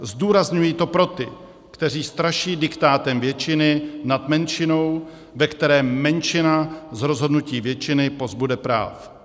Zdůrazňuji to pro ty, kteří straší diktátem většiny nad menšinou, ve které menšina z rozhodnutí většiny pozbude práv.